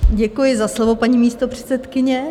Děkuji za slovo, paní místopředsedkyně.